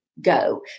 Go